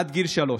עד גיל שלוש,